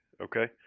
okay